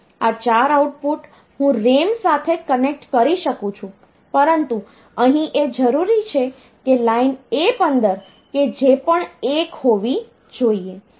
આ 4 આઉટપુટ હું RAM સાથે કનેક્ટ કરી શકું છું પરંતુ અહીં એ જરૂરી છે કે લાઈન A15 કે જે પણ 1 હોવી જોઈએ